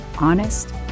honest